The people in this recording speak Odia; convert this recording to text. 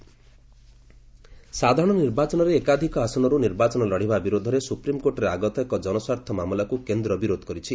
ଏସ୍ସି ଇଲେକ୍ସନ ସାଧାରଣ ନିର୍ବାଚନରେ ଏକାଧିକ ଆସନରୁ ନିର୍ବାଚନ ଲଢ଼ିବା ବିରୋଧରେ ସୁପ୍ରିମକୋର୍ଟରେ ଆଗତ ଏକ ଜନସ୍ୱାର୍ଥ ମାମଲାକୁ କେନ୍ଦ୍ର ବିରୋଧ କରିଛି